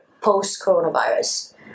post-coronavirus